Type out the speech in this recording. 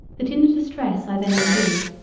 that in the distress i then endured,